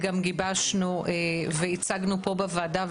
גם גיבשנו והיצגנו פה בוועדה,